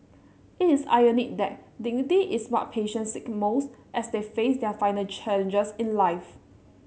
it is ironic that dignity is what patients seek most as they face their final challenges in life